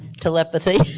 telepathy